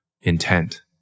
intent